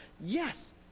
yes